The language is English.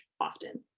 often